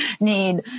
need